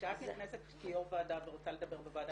כשאת נכנסת כיו"ר ועדה ורוצה לדבר בוועדה שלי,